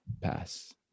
pass